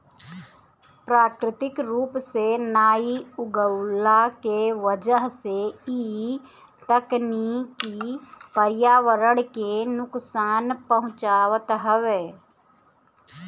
प्राकृतिक रूप से नाइ उगवला के वजह से इ तकनीकी पर्यावरण के नुकसान पहुँचावत हवे